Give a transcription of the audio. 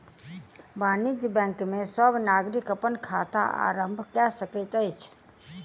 वाणिज्य बैंक में सब नागरिक अपन खाता आरम्भ कय सकैत अछि